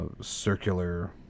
circular